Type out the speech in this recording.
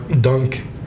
dunk